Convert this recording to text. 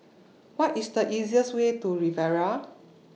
What IS The easiest Way to Riviera